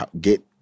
get